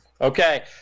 Okay